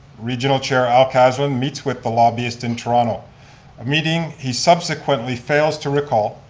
regional chair al caslin meets with the lobbyist in toronto, a meeting he subsequently fails to recall.